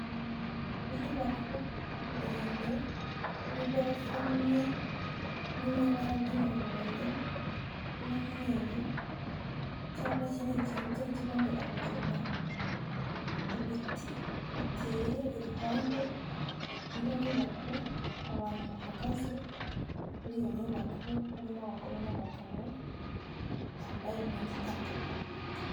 Inyubako ndende y'igorofa rimwe, iri mu ibara ry'umuhondo n'umweru, icyapa kinini cyanditseho ikigonderabuzima, ibiti biteye iruhande rw'iyo nyubako abantu bahagaze muri iyo nyubako, harimo abagore n'abagabo bambaye imyenda itandukanye.